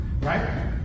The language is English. right